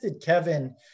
Kevin